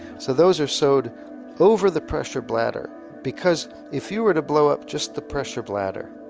so those are sewed over the pressure bladder because if you were to blow up just the pressure bladder,